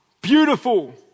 beautiful